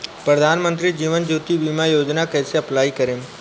प्रधानमंत्री जीवन ज्योति बीमा योजना कैसे अप्लाई करेम?